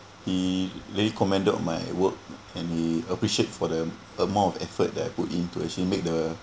he lay commended of my work and he appreciate for the amount of effort that I put in to actually make the